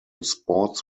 sports